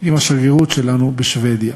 עם השגרירות שלנו בשבדיה.